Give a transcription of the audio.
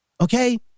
Okay